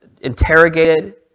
interrogated